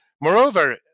Moreover